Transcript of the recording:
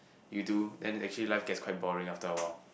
you do then actually life gets quite boring after awhile